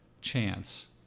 chance